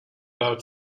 about